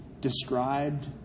described